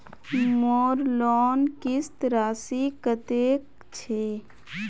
मोर लोन किस्त राशि कतेक छे?